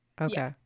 Okay